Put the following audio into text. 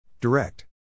Direct